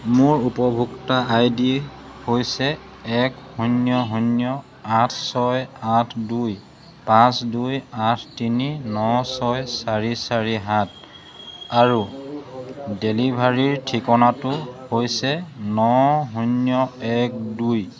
মোৰ উপভোক্তা I D হৈছে এক শূন্য শূন্য আঠ ছয় আঠ দুই পাঁচ দুই আঠ তিনি ন ছয় চাৰি চাৰি সাত আৰু ডেলিভাৰীৰ ঠিকনাটো হৈছে ন শূন্য এক দুই